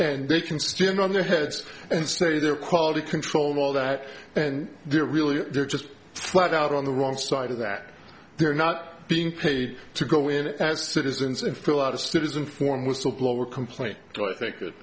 and they can stand on their heads and say they're quality control and all that and they're really they're just flat out on the wrong side of that they're not being paid to go in it as citizens and fill out a citizen form whistleblower complaint so i think it